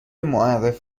معرف